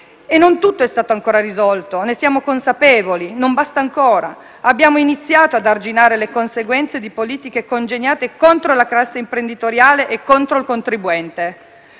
E non tutto è stato ancora risolto, ne siamo consapevoli: non basta ancora. Abbiamo iniziato ad arginare le conseguenze di politiche congeniate contro la classe imprenditoriale e contro il contribuente.